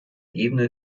ebene